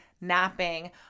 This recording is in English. napping